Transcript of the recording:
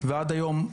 שעד היום הוא